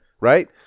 right